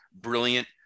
brilliant